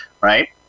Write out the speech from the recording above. right